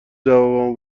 جوابمو